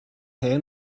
hen